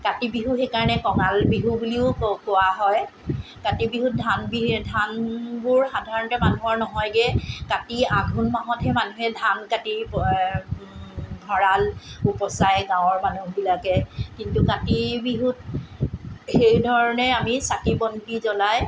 কাতি বিহু সেইকাৰণে কঙাল বিহু বুলিও কোৱা হয় কাতি বিহুত ধান ধানবোৰ সাধাৰণতে মানুহৰ নহয়গৈ কাতি আঘোণ মাহতহে মানুহে ধান কাটি ভঁৰাল উপচায় গাঁৱৰ মানুহবিলাকে কিন্তু কাতি বিহুত সেই ধৰণে আমি চাকি বন্তি জ্বলাই